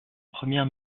première